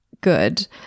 good